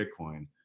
bitcoin